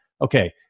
Okay